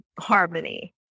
harmony